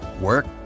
work